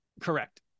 Correct